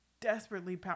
desperately